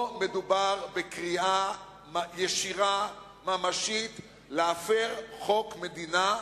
פה מדובר בקריאה ישירה ממשית להפר חוק מדינה,